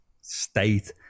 state